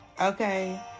okay